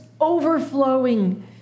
overflowing